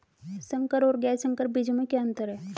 संकर और गैर संकर बीजों में क्या अंतर है?